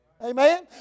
Amen